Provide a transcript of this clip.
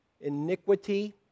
Iniquity